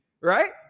Right